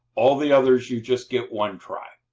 all the others you just get one try.